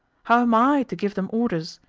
how am i to give them orders?